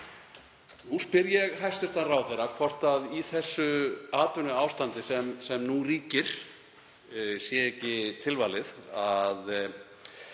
Nú spyr ég hæstv. ráðherra hvort í því atvinnuástandi sem nú ríkir sé ekki tilvalið að